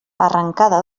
arrancada